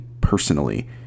personally